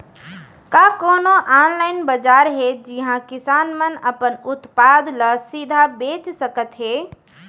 का कोनो अनलाइन बाजार हे जिहा किसान मन अपन उत्पाद ला सीधा बेच सकत हे?